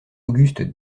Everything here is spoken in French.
auguste